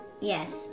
Yes